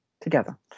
together